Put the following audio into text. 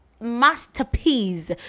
masterpiece